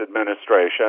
administration